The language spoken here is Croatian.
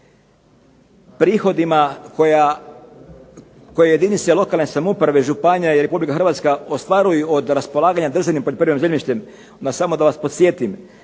prihodima koje jedinice lokalne samouprave i županija i Republika Hrvatska ostvaruju od raspolaganja državnim poljoprivrednim zemljištem, samo da vas podsjetim